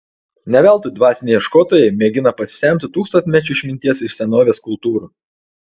ne veltui dvasiniai ieškotojai mėgina pasisemti tūkstantmečių išminties iš senovės kultūrų